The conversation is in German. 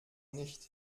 nicht